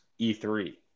E3